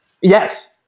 Yes